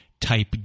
type